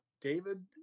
David